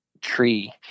tree